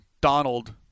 Donald